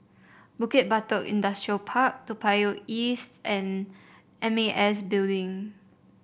Bukit Batok Industrial Park Toa Payoh East and M A S Building